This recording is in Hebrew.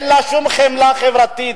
אין לה שום חמלה חברתית.